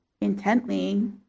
intently